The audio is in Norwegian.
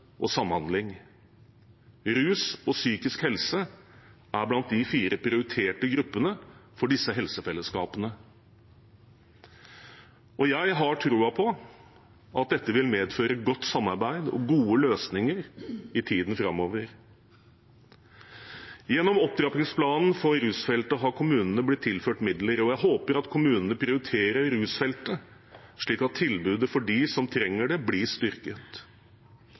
og samhandling. Rus og psykisk helse er blant de fire prioriterte gruppene for disse helsefellesskapene. Jeg har troen på at dette vil medføre godt samarbeid og gode løsninger i tiden framover. Gjennom opptrappingsplanen for rusfeltet har kommunene blitt tilført midler. Jeg håper at kommunene prioriterer rusfeltet, slik at tilbudet for dem som trenger det, blir styrket.